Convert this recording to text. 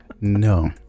No